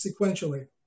sequentially